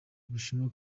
bushinwa